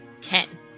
Ten